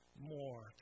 more